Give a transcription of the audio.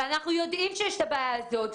ואנחנו יודעים שיש את הבעיה הזה.